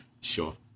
sure